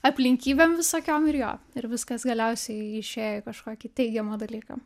aplinkybėm visokiom ir jo ir viskas galiausiai išėjo į kažkokį teigiamą dalyką